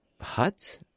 hut